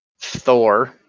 Thor